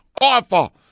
awful